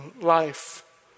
life